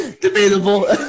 Debatable